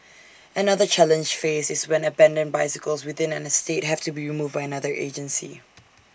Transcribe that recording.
another challenge faced is when abandoned bicycles within an estate have to be removed by another agency